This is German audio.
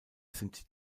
sind